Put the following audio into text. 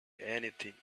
anything